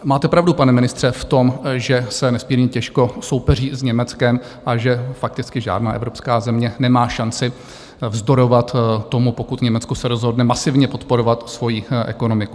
Máte pravdu, pane ministře, v tom, že se nesmírně těžko soupeří s Německem a že fakticky žádná evropská země nemá šanci vzdorovat tomu, pokud Německo se rozhodne masivně podporovat svoji ekonomiku.